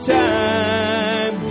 time